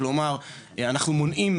כלומר אנחנו מונעים,